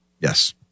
Yes